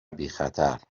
بیخطر